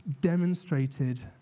demonstrated